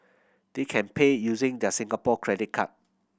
they can pay using their Singapore credit card